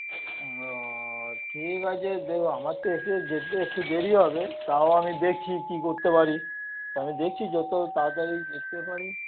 ও ঠিক আছে দেখ আমার তো এসে যেতে একটু দেরি হবে তাও আমি দেখছি কি করতে পারি তা আমি দেখছি যত তাড়াতাড়ি দেখতে পারি